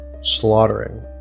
slaughtering